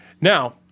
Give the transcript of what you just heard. Now